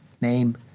name